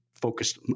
focused